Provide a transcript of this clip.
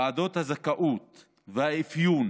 ועדות הזכאות והאפיון